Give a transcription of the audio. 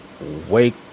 wake